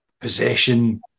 possession